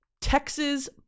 Texas